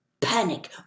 Panic